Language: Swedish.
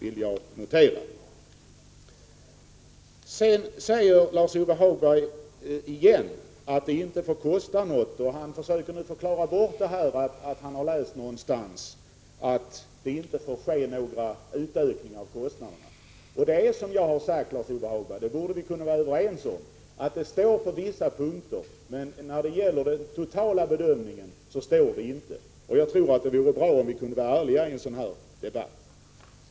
Lars-Ove Hagberg talar återigen om att det inte skulle få kosta någonting. Han försöker förklara bort detta att han har läst någonstans att det inte får ske någon ökning av kostnaderna. Det är som jag har sagt, Lars-Ove Hagberg - vilket vi borde kunna vara överens om — att det på vissa punkter står att det inte får kosta mera men att det när det gäller den totala bedömningen inte står så. Det vore bra om vi kunde vara ärliga i en sådan här — Prot. 1985/86:39 debatt.